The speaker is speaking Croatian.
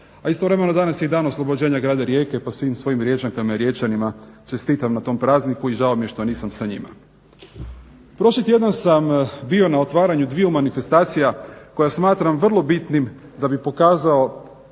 a istovremeno danas je i dan oslobođenja grada Rijeke pa svim svojim Riječankama i Riječanima čestitam na tom prazniku i žao mi je što nisam sa njima. Prošli tjedan sam bio na otvaranju dviju manifestacija koja smatram vrlo bitnim da bih pokazao